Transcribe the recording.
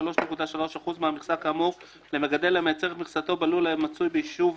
3.3 אחוז מהמכסה כאמור למגדל המייצר את מכסתו בלול המצוי ביישוב